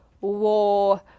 War